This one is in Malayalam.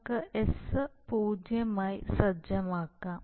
നമുക്ക് s 0 ആയി സജ്ജമാക്കാം